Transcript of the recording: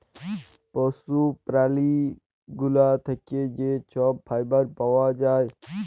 পশু প্যারালি গুলা থ্যাকে যে ছব ফাইবার পাউয়া যায়